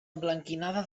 emblanquinada